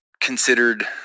considered